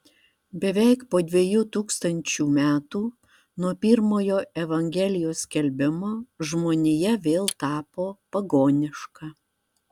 beveik po dviejų tūkstančių metų nuo pirmojo evangelijos skelbimo žmonija vėl tapo pagoniška